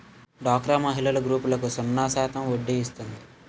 డోక్రా మహిళల గ్రూపులకు సున్నా శాతం వడ్డీ ఇస్తుంది